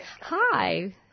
Hi